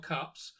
Cups